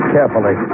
Carefully